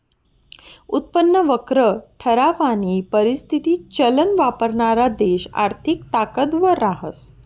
उत्पन्न वक्र ठरावानी परिस्थिती चलन वापरणारा देश आर्थिक ताकदवर रहास